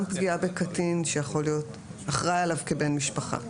פגיעה בקטין שיכול להיות אחראי עליו כבן משפחה.